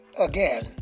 again